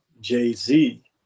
Jay-Z